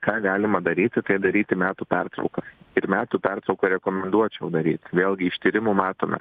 ką galima daryti tai daryti metų pertrauką ir metų pertrauką rekomenduočiau daryt vėlgi iš tyrimų matome